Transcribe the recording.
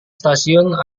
stasiun